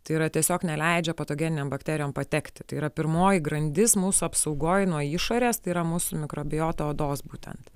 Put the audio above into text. tai yra tiesiog neleidžia patogeninėm bakterijom patekti tai yra pirmoji grandis mūsų apsaugoj nuo išorės tai yra mūsų mikrobiota odos būtent